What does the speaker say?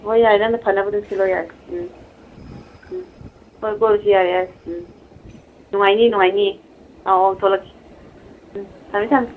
ꯍꯣꯏ ꯌꯥꯔꯦ ꯅꯪꯅ ꯐꯅꯕ ꯑꯗꯨꯝ ꯁꯤꯜꯂꯣ ꯌꯥꯔꯦ ꯎꯝ ꯎꯝ ꯍꯣꯏ ꯀꯣꯏꯔꯨꯁꯤ ꯌꯥꯔꯦ ꯌꯥꯔꯦ ꯎꯝ ꯅꯨꯡꯉꯥꯏꯅꯤ ꯅꯨꯡꯉꯥꯏꯅꯤꯌꯦ ꯑꯥꯎ ꯑꯥꯎ ꯊꯣꯛꯂꯛꯀꯦ ꯎꯝ ꯊꯝꯃꯦ ꯊꯝꯃꯦ